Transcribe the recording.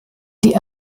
die